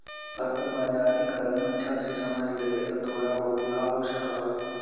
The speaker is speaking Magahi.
अगर बाजारीकरण अच्छा से समझ लेवे त तोरा बहुत लाभ हो सकऽ हउ